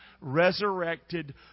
resurrected